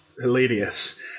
hilarious